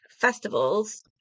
festivals